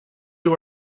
you